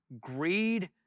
greed